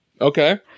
Okay